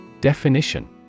Definition